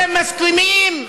אתם מסכימים?